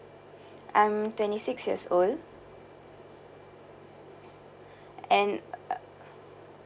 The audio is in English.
I'm twenty six years old and uh